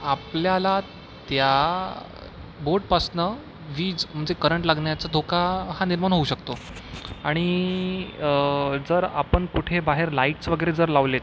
आपल्याला त्या बोर्डपासनं वीज म्हणजे करंट लागण्याचा धोका हा निर्माण होऊ शकतो आणि जर आपण कुठे बाहेर लाइट्स वगैरे जर लावलेत